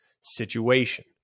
situation